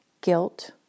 guilt